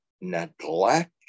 neglect